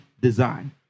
design